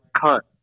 cut